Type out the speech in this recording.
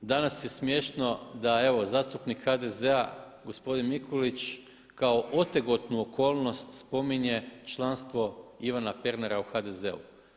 Danas je smiješno da evo zastupnik HDZ-a gospodin Mikulić kao otegotnu okolnost spominje članstvo Ivana Pernara u HDZ-u.